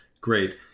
great